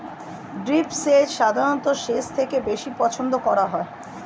drip সেচ সাধারণ সেচের থেকে বেশি পছন্দ করা হয়